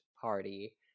party